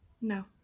no